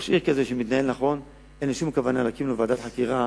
ראש עיר כזה שמתנהל נכון אין לי שום כוונה להקים לו ועדת חקירה,